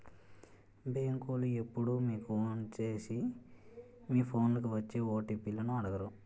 బేంకోలు ఎప్పుడూ మీకు ఫోను సేసి మీ ఫోన్లకి వచ్చే ఓ.టి.పి లను అడగరు